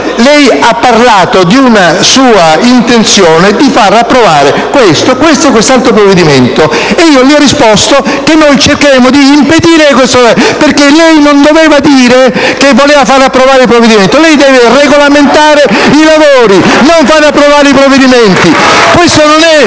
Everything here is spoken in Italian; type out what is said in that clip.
Lei ha parlato di una sua intenzione di far approvare questo, questo e quest'altro provvedimento, ed io le ho risposto che noi cercheremo di impedirlo perché lei non doveva dire che voleva far approvare il provvedimento. Lei deve regolamentare i lavori, non far approvare i provvedimenti. *(Applausi